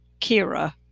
Kira